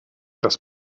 das